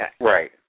right